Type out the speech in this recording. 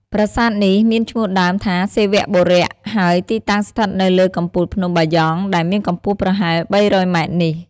ប្រាសាទនេះមានឈ្មោះដើមថា សិវបុរ ហើយទីតាំងស្ថិតនៅលើកំពូលភ្នំបាយ៉ង់ ដែលមានកម្ពស់ប្រហែល ៣០០ម៉ែត្រនេះ។